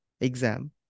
exam